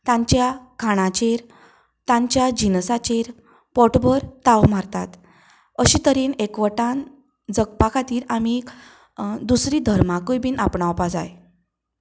तांच्या खाणाचेर तांच्या जिनसाचेर पोठभर थाव मारतात अशे तरेन एकवटान जगपा खातीर आनी आमी दुसरे धर्मांकूय बी आपणावपाक जाय